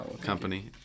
company